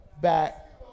back